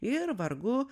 ir vargu